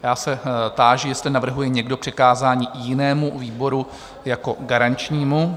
Já se táži, jestli navrhuje někdo přikázání jinému výboru jako garančnímu?